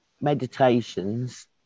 meditations